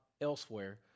elsewhere